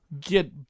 get